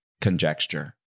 conjecture